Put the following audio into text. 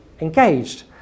engaged